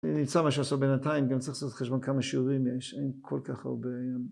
נמצא מה שעשו בינתיים, גם צריך לעשות את חשבון כמה שיעורים יש, אין כל כך הרבה.